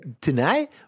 Tonight